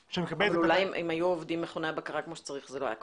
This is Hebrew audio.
אבל אולי אם מכוני הבקרה היו עובדים כמו שצריך זה לא היה קורה.